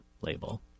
label